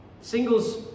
Singles